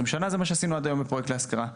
שנים זה מה שעשינו עד היום בפרויקט להשכרה.